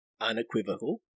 unequivocal